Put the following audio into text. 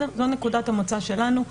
זאת נקודת המוצא שלנו.